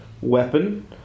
weapon